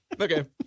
okay